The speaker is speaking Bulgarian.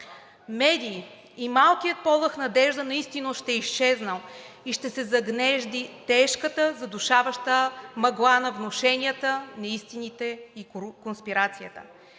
Медии. И малкият полъх надежда наистина ще е изчезнал и ще се загнезди тежката задушаваща мъгла на внушенията, неистините и конспирацията.